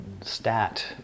stat